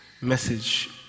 message